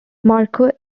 marco